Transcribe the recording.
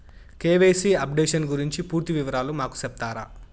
KYC updation గురించి పూర్తి వివరాలు మాకు సెప్తారా?